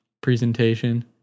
presentation